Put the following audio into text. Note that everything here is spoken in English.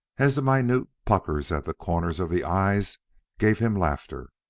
as the minute puckers at the corners of the eyes gave him laughter.